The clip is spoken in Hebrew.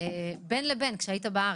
בין לבין, כאשר היית בארץ.